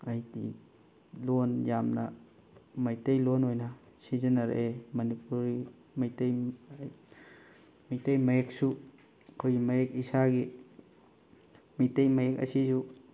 ꯍꯥꯏꯗꯤ ꯂꯣꯜ ꯌꯥꯝꯅ ꯃꯩꯇꯩ ꯂꯣꯜ ꯑꯣꯏꯅ ꯁꯤꯖꯤꯟꯅꯔꯛꯑꯦ ꯃꯅꯤꯄꯨꯔꯤ ꯃꯩꯇꯩ ꯃꯩꯇꯩ ꯃꯌꯦꯛꯁꯨ ꯑꯩꯈꯣꯏ ꯃꯌꯦꯛ ꯏꯁꯥꯒꯤ ꯃꯩꯇꯩ ꯃꯌꯦꯛ ꯑꯁꯤꯁꯨ